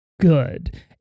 good